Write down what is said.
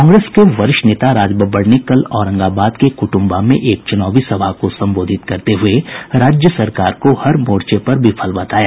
कांग्रेस के वरिष्ठ नेता राज बब्बर ने कल औरंगाबाद के क्ट्म्बा में एक चुनावी सभा को संबोधित करते हुए राज्य सरकार को हर मोर्चे पर विफल बताया